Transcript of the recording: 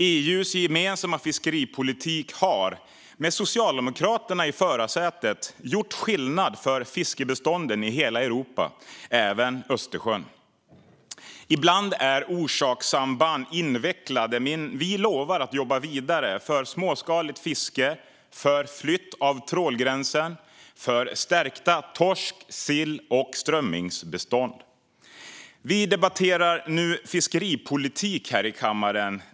EU:s gemensamma fiskeripolitik har, med Socialdemokraterna i förarsätet, gjort skillnad för fiskbestånden i hela Europa, även i Östersjön. Ibland är orsakssamband invecklade. Men vi lovar att jobba vidare för småskaligt fiske, för flytt av trålgränsen och för stärkta torsk-, sill och strömmingsbestånd. Vi debatterar nu fiskeripolitik här i kammaren.